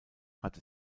hat